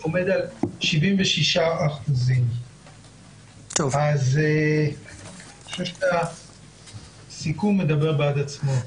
עומד על 76%. אני חושב שהסיכום מדבר בעד עצמו.